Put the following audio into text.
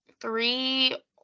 three